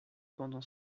pendant